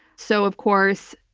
so, of course,